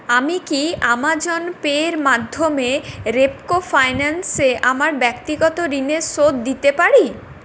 আমি কি আমাজন পের মাধ্যমে রেপকো ফাইন্যান্সে আমার ব্যক্তিগত ঋণের শোধ দিতে পারি